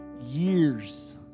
years